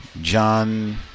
John